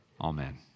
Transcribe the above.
amen